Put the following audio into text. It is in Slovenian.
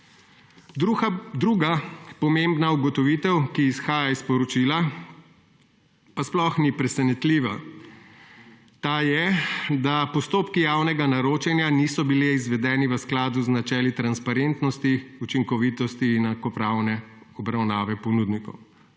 Druga pomembna ugotovitev, ki izhaja iz poročila, pa sploh ni presenetljiva. Ta je, da postopki javnega naročanja »niso bili izvedeni v skladu z načeli transparentnosti, učinkovitosti in enakopravne obravnave ponudnikov«.